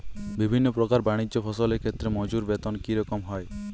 বিভিন্ন প্রকার বানিজ্য ফসলের ক্ষেত্রে মজুর বেতন কী রকম হয়?